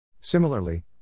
Similarly